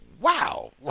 wow